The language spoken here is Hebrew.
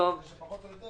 ושפחות או יותר